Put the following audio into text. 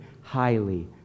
highly